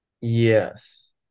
Yes